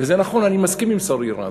וזה נכון, אני מסכים עם שרי רז,